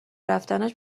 رفتنش